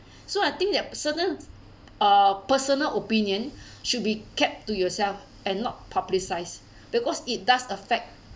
so I think that certain uh personal opinion should be kept to yourself and not publicised because it does affect